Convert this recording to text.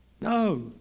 No